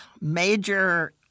major